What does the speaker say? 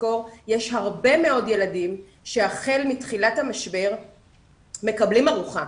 לזכור שיש הרבה מאוד ילדים שהחל מתחילת המשבר מקבלים ארוחה,